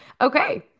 Okay